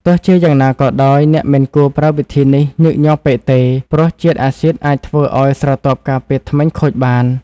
ទោះជាយ៉ាងណាក៏ដោយ អ្នកមិនគួរប្រើវិធីនេះញឹកញាប់ពេកទេ ព្រោះជាតិអាស៊ីដអាចធ្វើឲ្យស្រទាប់ការពារធ្មេញខូចបាន។